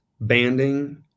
banding